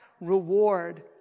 reward